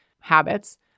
habits